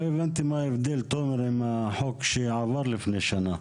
לא הבנתי מה ההבדל, תומר, עם החוק שעבר לפני שנה.